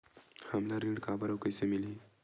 हमला ऋण काबर अउ कइसे मिलही?